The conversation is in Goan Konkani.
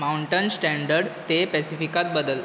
माउंटन स्टँडर्ड ते पॅसिफिकात बदल